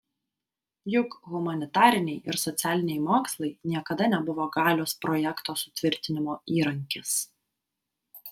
juk humanitariniai ir socialiniai mokslai niekada nebuvo galios projekto sutvirtinimo įrankis